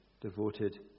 devoted